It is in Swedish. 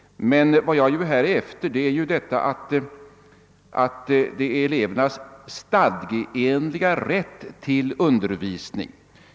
Men vad jag här är ute efter är elevernas stadgeenliga rätt till undervisning.